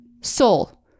Soul